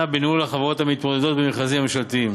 בניהול החברות המתמודדות במכרזים הממשלתיים.